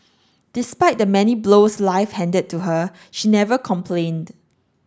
despite the many blows life handed to her she never complained